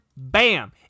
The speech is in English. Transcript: Bam